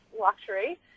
luxury